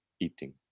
eating